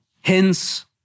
Hence